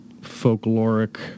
folkloric